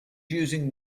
using